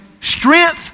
strength